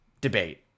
debate